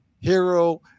hero